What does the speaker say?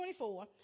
24